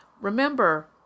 Remember